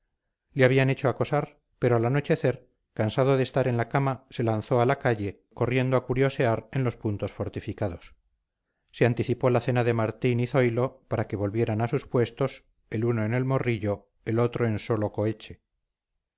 le habían hecho acostar pero al anochecer cansado de estar en la cama se lanzó a la calle corriendo a curiosear en los puntos fortificados se anticipó la cena de martín y zoilo para que volvieran a sus puestos el uno en el morrillo el otro en